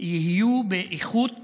יהיו באיכות